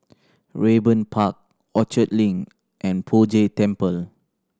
Raeburn Park Orchard Link and Poh Jay Temple